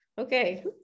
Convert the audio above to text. okay